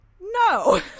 no